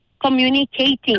communicating